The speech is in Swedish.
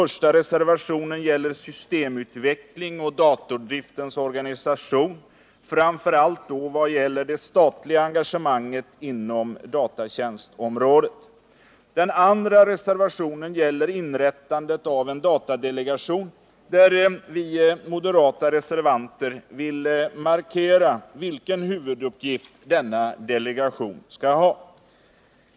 Reservationen I gäller systemutveckling och datordriftens organisation, framför allt vad beträffar det statliga engagemanget inom datatjänstområdet. Reservationen 2 gäller inrättandet av en datadelegation, där vi moderata reservanter vill markera vilken huvuduppgift denna delegation skall ha.